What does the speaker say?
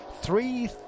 three